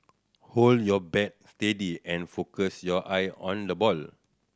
hold your bat steady and focus your eye on the ball